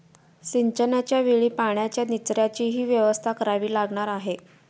सिंचनाच्या वेळी पाण्याच्या निचर्याचीही व्यवस्था करावी लागणार आहे